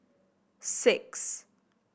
six